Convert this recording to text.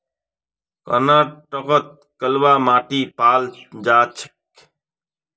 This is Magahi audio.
कर्नाटकत कलवा माटी पाल जा छेक